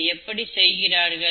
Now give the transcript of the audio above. இதை எப்படி செய்கிறார்கள்